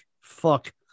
Fuck